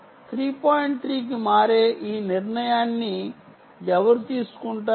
3 కి మారే ఈ నిర్ణయాన్ని ఎవరు తీసుకుంటారు